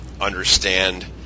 understand